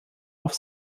auf